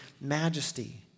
majesty